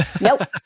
nope